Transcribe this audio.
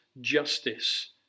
justice